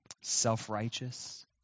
Self-righteous